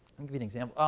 um give you an example.